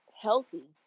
healthy